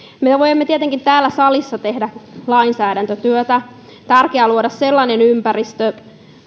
me voimme tietenkin täällä salissa tehdä lainsäädäntötyötä tärkeää on luoda sellainen ympäristö